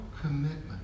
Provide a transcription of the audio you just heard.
commitment